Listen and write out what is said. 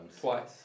Twice